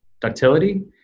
ductility